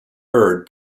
bird